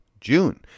June